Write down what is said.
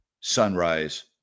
Sunrise